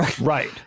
Right